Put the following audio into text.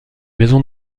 maison